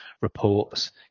reports